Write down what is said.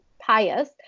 pious